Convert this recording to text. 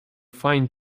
fine